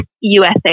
USA